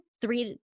three